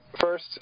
First